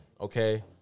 okay